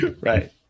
Right